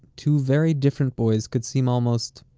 two very different boys could seem almost,